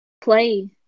play